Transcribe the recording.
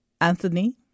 Anthony